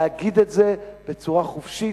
להגיד את זה בצורה חופשית,